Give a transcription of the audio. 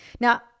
now